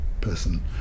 person